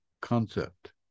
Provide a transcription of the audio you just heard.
concept